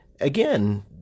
Again